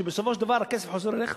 ובסופו של דבר הכסף חוזר אליך,